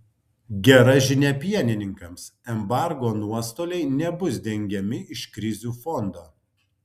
gera žinia pienininkams embargo nuostoliai nebus dengiami iš krizių fondo